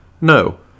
No